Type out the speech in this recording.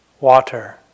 water